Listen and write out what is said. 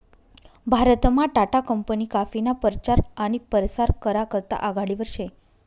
भारतमा टाटा कंपनी काफीना परचार आनी परसार करा करता आघाडीवर शे